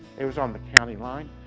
it was on the county line.